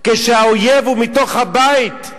כשהאויב הוא מתוך הבית,